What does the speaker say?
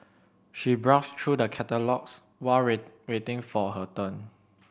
she browsed through the catalogues while waiting for her turn